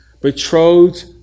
betrothed